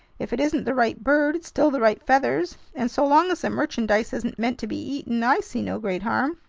if it isn't the right bird, it's still the right feathers, and so long as the merchandise isn't meant to be eaten, i see no great harm!